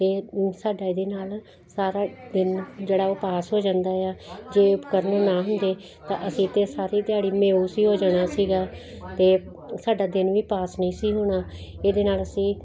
ਅਤੇ ਸਾਡਾ ਇਹਦੇ ਨਾਲ ਸਾਰਾ ਦਿਨ ਜਿਹੜਾ ਉਹ ਪਾਸ ਹੋ ਜਾਂਦਾ ਆ ਜੇ ਉਪਕਰਨ ਨਾ ਹੁੰਦੇ ਤਾਂ ਅਸੀਂ ਤਾਂ ਸਾਰੀ ਦਿਹਾੜੀ ਮਾਯੂਸ ਹੀ ਹੋ ਜਾਣਾ ਸੀਗਾ ਅਤੇ ਸਾਡਾ ਦਿਨ ਵੀ ਪਾਸ ਨਹੀਂ ਸੀ ਹੋਣਾ ਇਹਦੇ ਨਾਲ ਅਸੀਂ